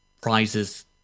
prizes